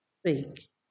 speak